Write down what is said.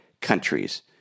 countries